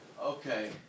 Okay